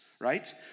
right